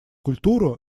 культуру